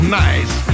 nice